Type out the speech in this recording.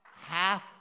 Half